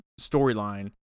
storyline